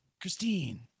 Christine